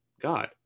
God